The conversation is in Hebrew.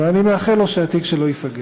ואני מאחל לו שהתיק שלו ייסגר.